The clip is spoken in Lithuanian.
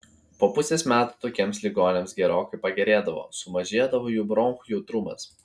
po pusės metų tokiems ligoniams gerokai pagerėdavo sumažėdavo jų bronchų jautrumas